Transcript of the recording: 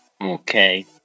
Okay